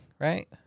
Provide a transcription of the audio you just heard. right